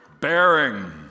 bearing